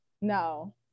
No